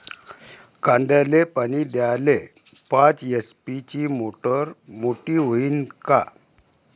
कांद्याले पानी द्याले पाच एच.पी ची मोटार मोटी व्हईन का?